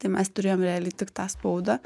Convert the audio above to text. tai mes turėjom realiai tik tą spaudą